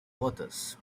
waters